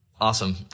Awesome